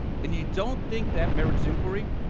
and you don't think that merits inquiry?